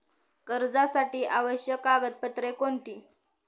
कर्जासाठी आवश्यक कागदपत्रे कोणती?